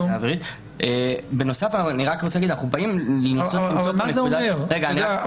אבל מה זה אומר?